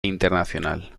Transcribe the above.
internacional